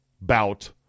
bout